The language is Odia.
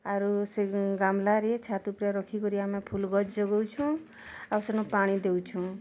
ଆରୁ ସେ ଗାମ୍ଲାରେ ଛାତ୍ ଉପରେ ରଖିକରି ଆମେ ଫୁଲ୍ ଗଛ୍ ଜଗଉଚୁଁ ଆର୍ ସେନ ପାଣି ଦେଉଛୁଁ